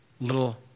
little